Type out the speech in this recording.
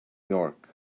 york